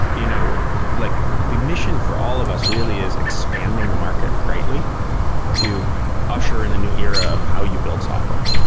you know like the mission for all of us really is expanding the market greatly to usher in a new era of how you build software,